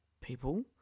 people